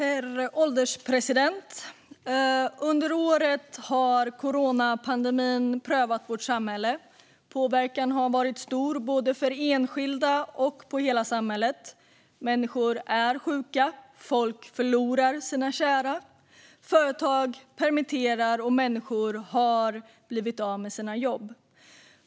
Herr ålderspresident! Under året har coronapandemin prövat vårt samhälle. Påverkan har varit stor både för enskilda och på hela samhället. Människor är sjuka, folk förlorar sina kära, företag permitterar och människor har blivit av med sina jobb.